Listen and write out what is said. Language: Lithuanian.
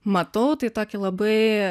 matau tai tokį labai